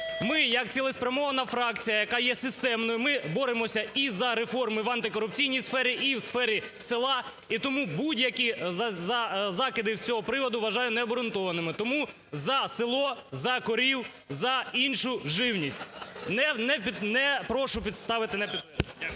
ми як цілеспрямована фракція, яка є системною, ми боремося і за реформу в антикорупційній сфері, і в сфері села. І тому будь-які закиди з цього приводу вважаю необгрунтованими. Тому за село, за корів, за іншу живність. Не прошу ставити на